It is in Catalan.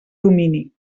domini